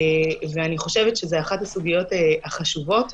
ואני חושבת שזאת אחת הסוגיות החשובות,